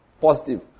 positive